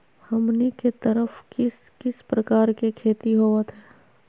हमनी के तरफ किस किस प्रकार के खेती होवत है?